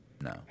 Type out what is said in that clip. No